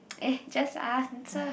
uh just answer